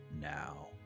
now